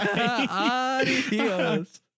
Adios